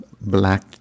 black